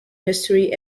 history